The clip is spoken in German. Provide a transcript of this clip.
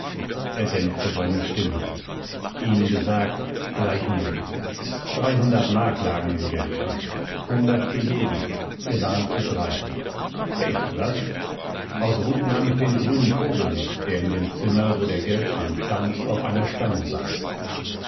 er dämpfte seine stimme ihnen gesagt gleich null dreihundert mark lagen im geldschrank hundert für jeden wir waren zu dreien pech was aus wut nahm ich den grünen vogel mit der in dem zimmer wo der geldschrank stand auf einer stange saß